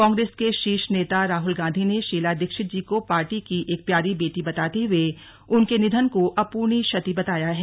कांग्रेस के शीर्ष नेता राहुल गांधी ने शीला दीक्षित जी को पार्टी की एक प्यारी बेटी बताते हुए उनके निधन को अपूर्णीय क्षति बताया है